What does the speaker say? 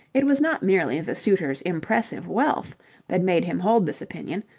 it was not merely the suitor's impressive wealth that made him hold this opinion,